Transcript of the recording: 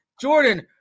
Jordan